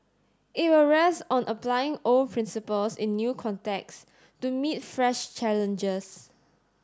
it will rest on applying old principles in new contexts to meet fresh challenges